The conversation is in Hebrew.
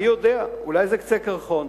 מי יודע, אולי זה קצה קרחון.